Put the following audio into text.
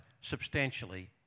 substantially